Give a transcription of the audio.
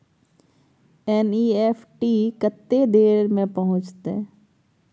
NEFT कत्ते देर में पहुंचतै?